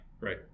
Right